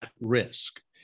risk